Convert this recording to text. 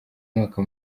umwaka